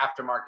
aftermarket